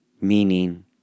Meaning